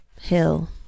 Hill